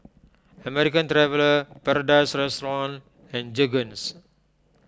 American Traveller Paradise Restaurant and Jergens